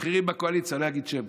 בכירים בקואליציה, אני לא אגיד שם,